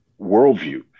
worldview